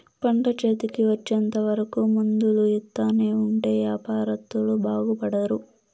పంట చేతికి వచ్చేంత వరకు మందులు ఎత్తానే ఉంటే యాపారత్తులు బాగుపడుతారు